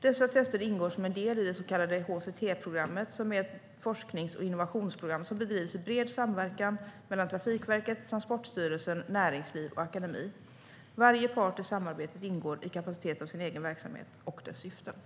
Dessa tester ingår som en del i det så kallade HCT-programmet som är ett forsknings och innovationsprogram som bedrivs i bred samverkan mellan Trafikverket, Transportstyrelsen, näringsliv och akademi. Varje part i samarbetet ingår i kapacitet av sin egen verksamhet och dess syften.